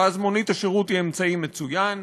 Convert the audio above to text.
ואז מונית השירות היא אמצעי מצוין.